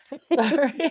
Sorry